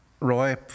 Roy